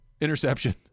Interception